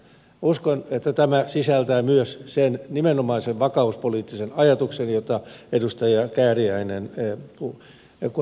uskon että tämä sisältää myös sen nimenomaisen vakauspoliittisen ajatuksen jota edustaja kääriäinen peräänkuulutti